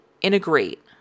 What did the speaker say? integrate